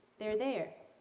they're there.